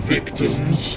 Victims